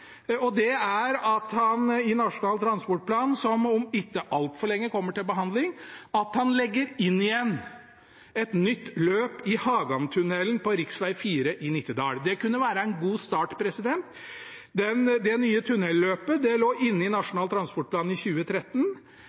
i Nasjonal transportplan, som om ikke altfor lenge kommer til behandling, legger inn igjen et nytt løp i Hagantunnelen på rv. 4 i Nittedal. Det kunne være en god start. Det nye tunnelløpet lå inne i Nasjonal transportplan i 2013,